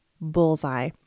Bullseye